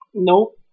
Nope